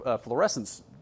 fluorescence